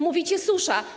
Mówicie: susza.